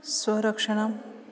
स्वरक्षणम्